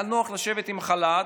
היה נוח לשבת עם חל"ת,